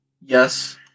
Yes